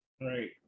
right